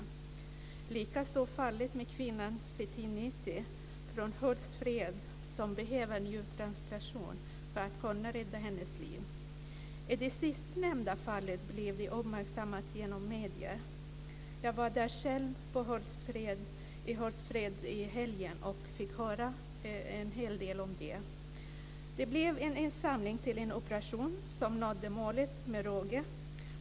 Detsamma gäller fallet med kvinnan Fitnete från Hultsfred som behöver njurtransplantation för att rädda livet. Det fallet blev uppmärksammat genom medierna. Jag var själv i Hultsfred i helgen och fick höra en hel del om det. Det blev en insamling till en operation som nådde målet med råge.